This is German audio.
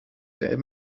der